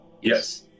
Yes